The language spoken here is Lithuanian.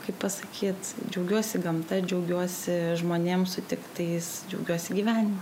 kaip pasakyt džiaugiuosi gamta džiaugiuosi žmonėm sutiktais džiaugiuosi gyvenimu